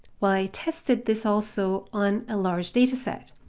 well i tested this also on a large dataset.